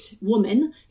woman